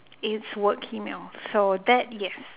it's work emails so that yes